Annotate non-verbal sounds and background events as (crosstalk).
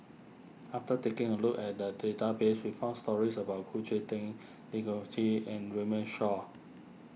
after taking a look at the database we found stories about Khoo Cheng Tiong (unintelligible) and Runme Shaw